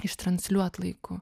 ištransliuot laiku